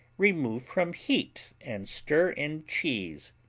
remove from heat and stir in cheese,